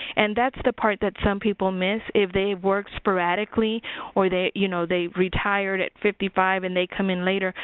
and that's the part that some people miss if they work sporadically or they you know they retired at fifty five and they come in later,